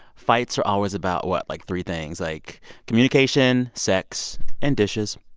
fights are always about what? like three things, like communication, sex and dishes.